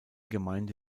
gemeinde